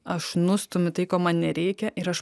aš nustumiu tai ko man nereikia ir aš